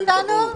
נציגת המל"ג.